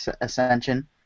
Ascension